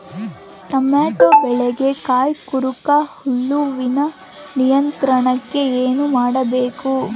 Tomato ಬೆಳೆಯ ಕಾಯಿ ಕೊರಕ ಹುಳುವಿನ ನಿಯಂತ್ರಣಕ್ಕೆ ಏನು ಮಾಡಬೇಕು?